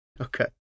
Okay